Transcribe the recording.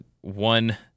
one